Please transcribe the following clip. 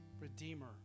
Redeemer